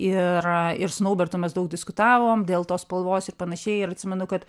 ir ir su naubertu mes daug diskutavom dėl tos spalvos ir panašiai ir atsimenu kad